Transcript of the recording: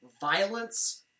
violence